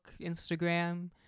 Instagram